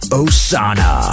osana